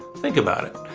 think about it.